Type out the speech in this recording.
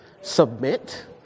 submit